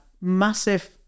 massive